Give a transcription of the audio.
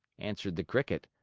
answered the cricket,